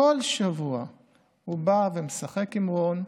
כל שבוע הוא בא ומשחק עם רון.